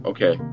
Okay